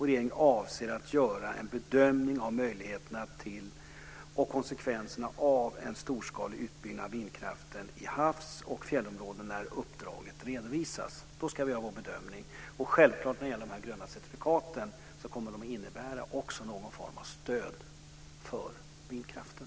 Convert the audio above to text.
Regeringen avser att göra en bedömning av möjligheterna till och konsekvenserna av en storskalig utbyggnad av vindkraften i havs och fjällområden när uppdraget redovisats. Då ska vi göra vår bedömning. När det gäller de gröna certifikaten är det självklart att de också kommer att innebära någon form av stöd för vindkraften.